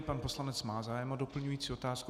Pan poslanec má zájem o doplňující otázku.